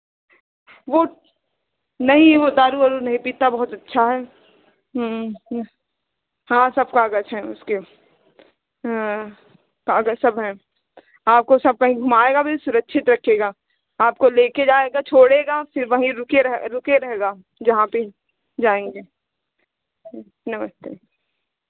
वह नहीं वह दारू वारु नहीं पीता बहुत अच्छा है हाँ सब कागज़ हैं उसके कागज़ सब हैं आपको सब कहीं घुमाएगा भी सुरक्षित रखेगा आपको लेकर जाएगा छोड़ेगा फिर वही रुके रहे रुके रहेगा जहाँ पर जाएँगे नमस्ते